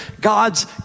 God's